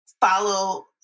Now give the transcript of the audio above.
follow